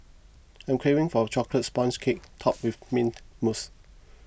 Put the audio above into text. I am craving for a Chocolate Sponge Cake Topped with Mint Mousse